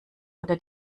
oder